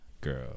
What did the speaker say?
Girl